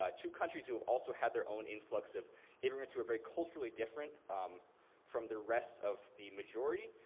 ah two countries who have also had their own influx of immigrants who are very culturally different from the rest of the majority.